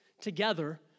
together